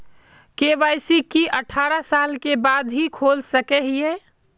KYC की अठारह साल के बाद ही खोल सके हिये?